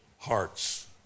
hearts